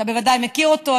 אתה בוודאי מכיר אותו,